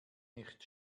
nicht